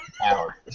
power